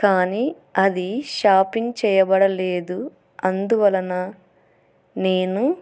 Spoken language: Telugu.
కానీ అది షాపింగ్ చేయబడలేదు అందువలన నేను